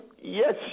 yes